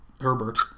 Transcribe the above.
Herbert